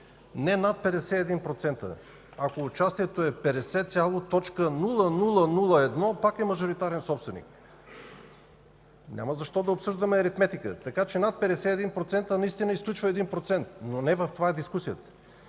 Не над 51%, ако участието е 50,0001, пак е мажоритарен собственик. Няма защо да обсъждаме аритметика. Така че над 51% наистина изключва 1%, но не в това е дискусията.